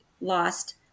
lost